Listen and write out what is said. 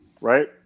right